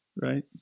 right